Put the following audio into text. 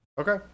Okay